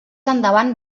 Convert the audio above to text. endavant